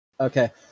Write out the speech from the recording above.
okay